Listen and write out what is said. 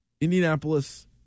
Indianapolis